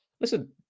Listen